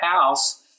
house